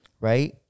right